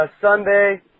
Sunday